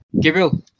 Gabriel